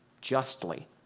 justly